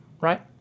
right